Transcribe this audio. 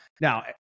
Now